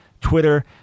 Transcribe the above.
Twitter